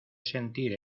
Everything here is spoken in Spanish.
sentir